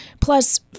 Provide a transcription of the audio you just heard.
Plus